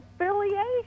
affiliation